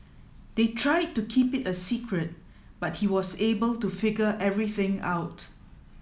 they tried to keep it a secret but he was able to figure everything out